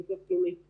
לביטוח לאומי חלק.